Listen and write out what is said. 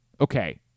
okay